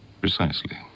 Precisely